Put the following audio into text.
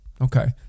Okay